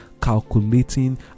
calculating